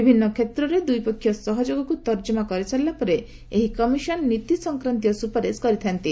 ବିଭିନ୍ନ କ୍ଷେତ୍ରରେ ଦ୍ୱିପକ୍ଷିୟ ସହଯୋଗକୁ ତର୍ଜମା କରିସାରିଲା ପରେ ଏହି କମିଶନ୍ ନୀତି ସଂକ୍ରାନ୍ତୀୟ ସୁପାରିଶ କରିଥାନ୍ତି